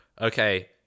okay